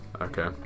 Okay